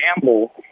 gamble –